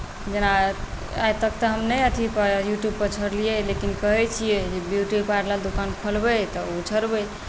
जेना आइ तक तऽ हम नहि अथीपर यूट्यूबपर छोड़लियै लेकिन कहैत छियै जे ब्यूटीपार्लर दोकान खोलबै तऽ ओ छोड़बै